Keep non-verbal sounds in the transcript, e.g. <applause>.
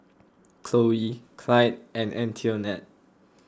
<noise> Cloe <noise> Clide and Antionette